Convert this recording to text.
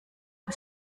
das